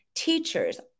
teachers